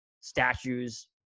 statues